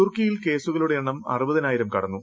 തുർക്കിയിൽ കേസുകളുടെ എണ്ണം അറുപതിനായിരം കടന്നു